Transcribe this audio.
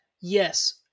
yes